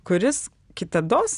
kuris kitados